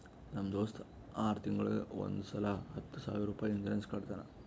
ನಮ್ ದೋಸ್ತ ಆರ್ ತಿಂಗೂಳಿಗ್ ಒಂದ್ ಸಲಾ ಹತ್ತ ಸಾವಿರ ರುಪಾಯಿ ಇನ್ಸೂರೆನ್ಸ್ ಕಟ್ಟತಾನ